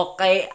Okay